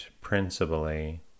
principally